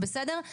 תודה.